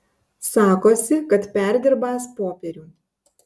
sakosi kad perdirbąs popierių